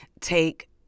take